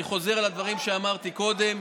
אני חוזר על הדברים שאמרתי קודם: